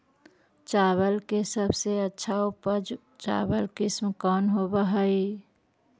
चावल के सबसे अच्छा उच्च उपज चावल किस्म कौन होव हई?